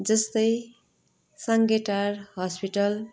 जस्तै साङ्गेटार हस्पिटल